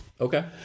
Okay